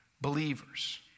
believers